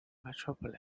metropolis